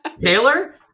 Taylor